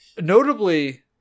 notably